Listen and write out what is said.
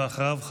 ואחריו,